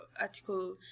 Article